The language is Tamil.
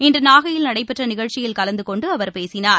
இன்றுநாகையில் நடைபெற்றநிகழ்ச்சியில் கலந்துகொண்டுஅவர் பேசினார்